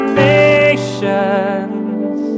nations